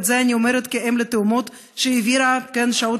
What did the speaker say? ואת זה אני אומרת כאם לתאומות שהעבירה שעות